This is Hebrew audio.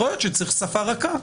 יכול להיות שצריך שפה רכה.